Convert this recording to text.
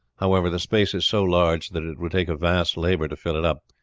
however, the space is so large that it would take a vast labour to fill it up,